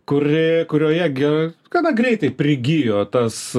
kuri kurioje gi gana greitai prigijo tas